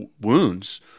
wounds